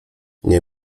nie